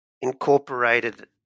incorporated